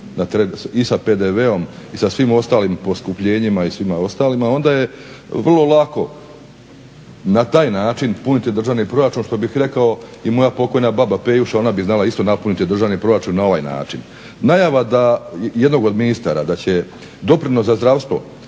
i sa PDV-om i sa svim ostalim poskupljenjima i svima ostalima onda je vrlo lako na taj način puniti državni proračun što bih rekao i moja pokojna baba Pejuša ona bi znala isto napuniti državni proračun na ovaj način. Najava jednog od ministara da će doprinos za zdravstvo